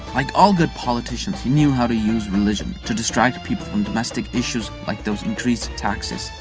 like all good politicians, he knew how to use religion to distract people from domestic issues like those increased taxes.